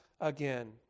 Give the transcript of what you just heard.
again